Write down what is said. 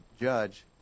judge